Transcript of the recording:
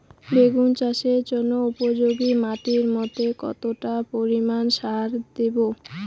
বেগুন চাষের জন্য উপযোগী মাটির মধ্যে কতটা পরিমান সার দেব?